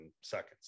seconds